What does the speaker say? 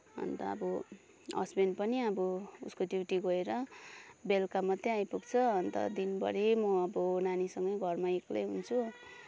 अन्त अब हसबेन्ड पनि अब उसको ड्युटी गएर बेलुका मात्रै आइपुग्छ अन्त दिनभरी म अब नानीसँगै घरमा एक्लै हुन्छु